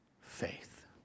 faith